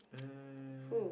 um